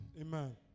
Amen